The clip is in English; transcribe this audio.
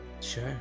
Sure